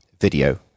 video